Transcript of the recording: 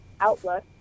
outlook